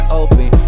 open